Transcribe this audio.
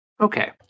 Okay